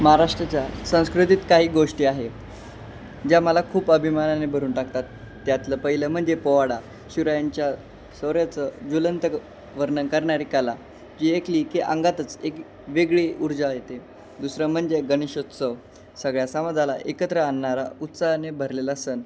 महाराष्ट्राच्या संस्कृतीत काही गोष्टी आहे ज्या मला खूप अभिमानाने भरून टाकतात त्यातलं पहिलं म्हणजे पोवाडा शिवरायांच्या शौर्याचं ज्वलंत वर्णन करणारी कला जी ऐकली की अंगातच एक वेगळी ऊर्जा येते दुसरं म्हणजे गणेशोत्सव सगळ्या समाजाला एकत्र आणणारा उत्साहाने भरलेला सण